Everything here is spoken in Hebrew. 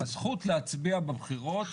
הזכות להצביע בבחירות